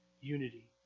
unity